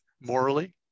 morally